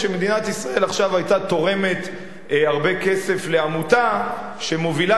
שמדינת ישראל עכשיו היתה תורמת הרבה כסף לעמותה שמובילה